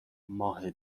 ماه